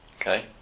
Okay